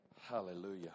Hallelujah